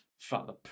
Father